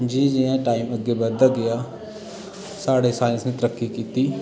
जियां जियां टाइम अग्गे बधदा गेआ साढ़ै साइंस ने तरक्की कीती